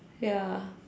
ya